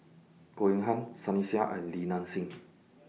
Goh Eng Han Sunny Sia and Li Nanxing